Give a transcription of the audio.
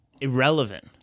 Irrelevant